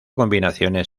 combinaciones